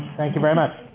thank you very much.